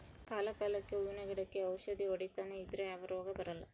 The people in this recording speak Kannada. ಕಾಲ ಕಾಲಕ್ಕೆಹೂವಿನ ಗಿಡಕ್ಕೆ ಔಷಧಿ ಹೊಡಿತನೆ ಇದ್ರೆ ಯಾವ ರೋಗ ಬರಲ್ಲ